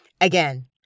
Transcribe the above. Again